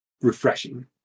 refreshing